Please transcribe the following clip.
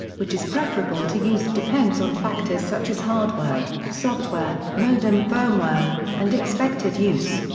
which is preferable to use depends on factors such as hardware, software, modem firmware, and expected use.